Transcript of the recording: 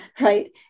right